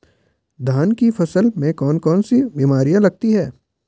धान की फसल में कौन कौन सी बीमारियां लगती हैं?